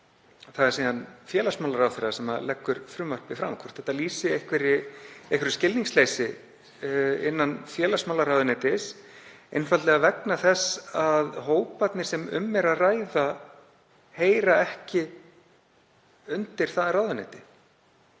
það er félagsmálaráðherra sem leggur frumvarpið fram, hvort það lýsir einhverju skilningsleysi innan félagsmálaráðuneytis, einfaldlega vegna þess að hóparnir sem um er að ræða heyra ekki undir það ráðuneyti.